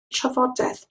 trafodaeth